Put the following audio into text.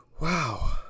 wow